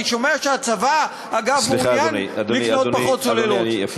אני שומע שהצבא, אגב, מעוניין לקנות פחות צוללות.